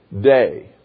day